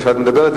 מה שאת מדברת,